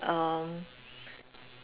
err